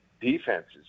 defenses